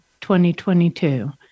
2022